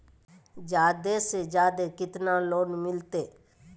जादे से जादे कितना लोन मिलते?